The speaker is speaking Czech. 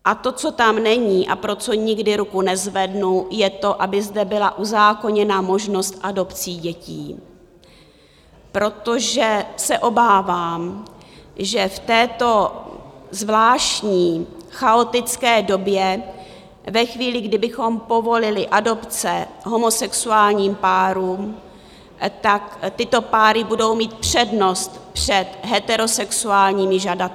A to, co tam není a pro co nikdy ruku nezvednu, je to, aby zde byla uzákoněna možnost adopcí dětí, protože se obávám, že v této zvláštní, chaotické době ve chvíli, kdy bychom povolili adopce homosexuálním párům, tyto páry budou mít přednost před heterosexuálními žadateli.